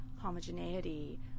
homogeneity